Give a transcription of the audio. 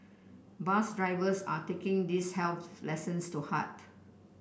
bus drivers are taking these health lessons to heart